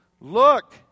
Look